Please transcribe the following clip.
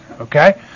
okay